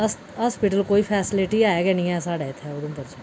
hospital कोई facility है गै नेईं ऐ साढ़े इत्थै उधमपुर च